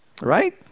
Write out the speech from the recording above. Right